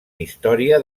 història